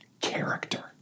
Character